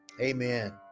amen